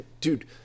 Dude